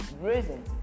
risen